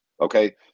Okay